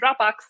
Dropbox